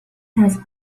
has